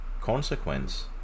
consequence